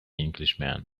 englishman